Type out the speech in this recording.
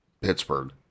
pittsburgh